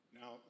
Now